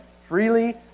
freely